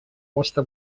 vostra